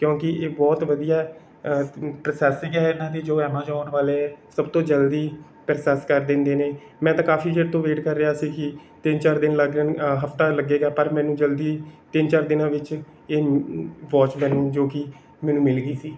ਕਿਉਂਕਿ ਇਹ ਬਹੁਤ ਵਧੀਆ ਹੈ ਪ੍ਰਸੈਸਿੰਗ ਹੈ ਇਹਨਾਂ ਦੀ ਜੋ ਐਮਾਜੋਨ ਵਾਲੇ ਸਭ ਤੋਂ ਜਲਦੀ ਪ੍ਰਸੈਸ ਕਰ ਦਿੰਦੇ ਨੇ ਮੈਂ ਤਾਂ ਕਾਫ਼ੀ ਚਿਰ ਤੋਂ ਵੇਟ ਕਰ ਰਿਹਾ ਸੀ ਕਿ ਤਿੰਨ ਚਾਰ ਦਿਨ ਲੱਗ ਜਾਣ ਹਫ਼ਤਾ ਲੱਗੇਗਾ ਪਰ ਮੈਨੂੰ ਜਲਦੀ ਤਿੰਨ ਚਾਰ ਦਿਨਾਂ ਵਿੱਚ ਇਹ ਵੋਚ ਮੈਨੂੰ ਜੋ ਕਿ ਮੈਨੂੰ ਮਿਲ ਗਈ ਸੀ